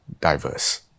diverse